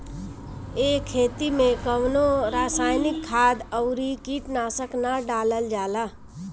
ए खेती में कवनो रासायनिक खाद अउरी कीटनाशक ना डालल जाला